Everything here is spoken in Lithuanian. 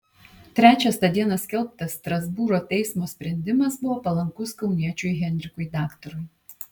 trečias tą dieną skelbtas strasbūro teismo sprendimas buvo palankus kauniečiui henrikui daktarui